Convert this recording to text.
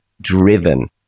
driven